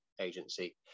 agency